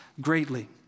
greatly